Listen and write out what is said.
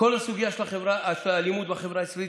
כל הסוגיה של האלימות בחברה הישראלית